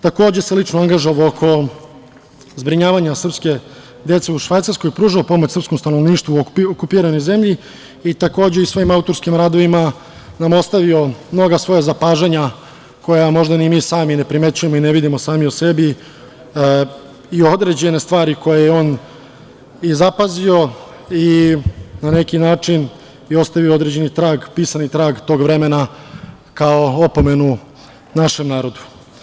Takođe se lično angažovao oko zbrinjavanja srpske dece u Švajcarskoj, pružao pomoć srpskom stanovništvu u okupiranoj zemlji i takođe i svojim autorskim radovima nam ostavio mnoga svoja zapažanja koja možda ni mi sami ne primenjujemo i ne vidimo sami o sebi i određene stvari koje je on zapazio i na neki način ostavio određeni trag, pisani trag tog vremena kao opomenu našem narodu.